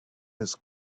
his